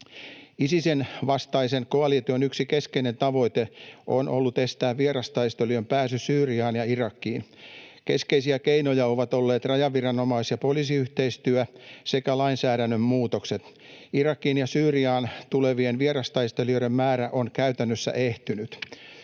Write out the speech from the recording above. Isisin vastaisen koalition tavoite on ollut estää vierastaistelijoiden pääsy Syyriaan ja Irakiin. Keskeisiä keinoja ovat olleet rajaviranomais- ja poliisiyhteistyö sekä lainsäädännön muutokset. Irakiin ja Syyriaan tulevien vierastaistelijoiden määrä on käytännössä ehtynyt.